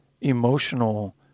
emotional